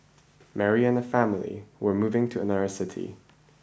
Mary and her family were moving to another city